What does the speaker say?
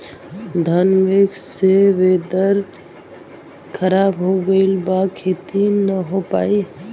घन मेघ से वेदर ख़राब हो गइल बा खेती न हो पाई